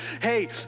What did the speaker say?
hey